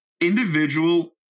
individual